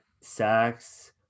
sex